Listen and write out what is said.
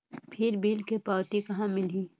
फिर बिल के पावती कहा मिलही?